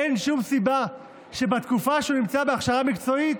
אין שום סיבה שבתקופה שהוא נמצא בהכשרה מקצועית,